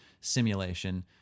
simulation